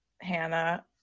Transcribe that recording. Hannah